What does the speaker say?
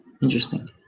interesting